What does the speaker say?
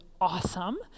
awesome